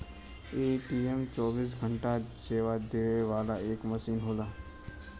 ATM चौबीस घंटा सेवा देवे वाला एक मसीन होला